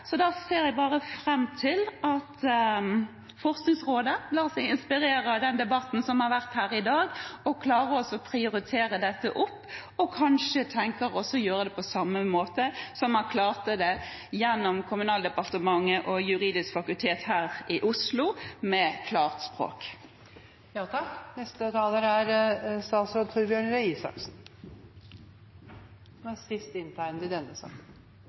Da ser jeg bare fram til at Forskningsrådet lar seg inspirere av den debatten som har vært her i dag, og klarer å prioritere dette – og kanskje tenker å gjøre det på samme måte som Kommunaldepartementet og Det juridiske fakultet her i Oslo gjorde det med avtalen om klarspråk. Jeg vil si tusen takk til representanten Grung, som løfter denne interpellasjonen. Grunnpremisset her er alle enig i,